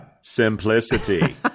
simplicity